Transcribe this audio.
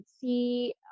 see